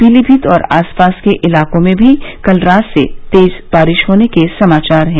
पीलीभीत और आसपास के इलाकों में भी कल रात से तेज बारिश होने के समाचार हैं